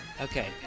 Okay